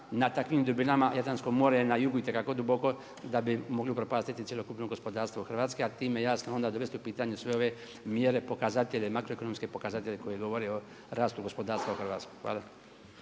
na takvim dubinama. Jadransko more je na jugu itekako duboko da bi mogli upropastiti cjelokupno gospodarstvo Hrvatske, a time jasno onda dovesti u pitanje sve ove mjere, pokazatelje, makro ekonomske pokazatelje koji govore o rastu gospodarstva u Hrvatskoj. Hvala.